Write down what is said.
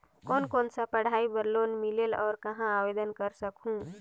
कोन कोन सा पढ़ाई बर लोन मिलेल और कहाँ आवेदन कर सकहुं?